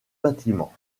bâtiments